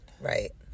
Right